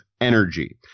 energy